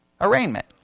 arraignment